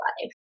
life